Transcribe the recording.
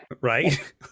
right